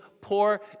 poor